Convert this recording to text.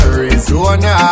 Arizona